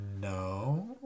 No